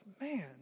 man